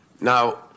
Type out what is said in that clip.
Now